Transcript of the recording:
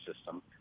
system